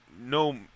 no